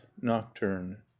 Nocturne